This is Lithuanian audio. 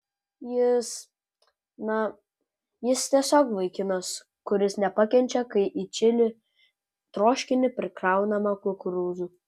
jis na jis tiesiog vaikinas kuris nepakenčia kai į čili troškinį prikraunama kukurūzų